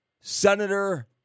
Senator